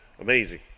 Amazing